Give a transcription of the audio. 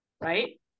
right